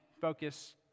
focus